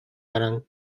баран